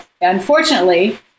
unfortunately